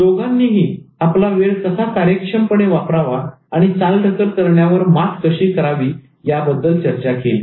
दोघांनीही आपला वेळ कसा कार्यक्षमपणे वापरावा आणि चालढकल करण्यावर मात कशी करावी याबद्दल चर्चा केली आहे